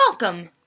Welcome